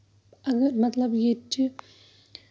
اَگر مطلب ییٚتہِ چھِ